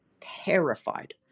terrified